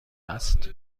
است